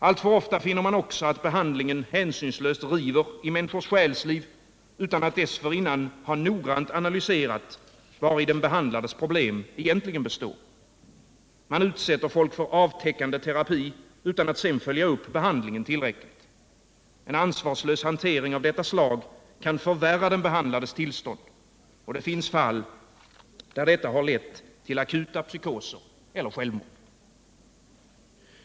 Alltför ofta finner man också att behandlingen hänsynslöst river i människors själsliv utan att dessförinnan ha noggrant analyserat vari den behandlades problem egentligen består. Man utsätter folk för avtäckande terapi utan att sedan följa upp behandlingen tillräckligt. En ansvarslös hantering av detta slag kan förvärra den behandlades tillstånd. Det finns fall där detta har lett till akuta psykoser eller självmord.